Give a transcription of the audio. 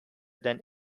than